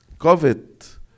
COVID